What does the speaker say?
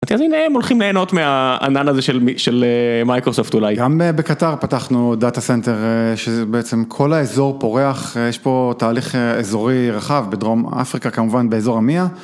אז הנה הם הולכים ליהנות מהענן הזה של מי, של מייקרוספט אולי. גם בקטאר פתחנו דאטה סנטר שבעצם כל האזור פורח, יש פה תהליך אזורי רחב בדרום אפריקה כמובן, באזור EMEA.